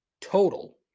total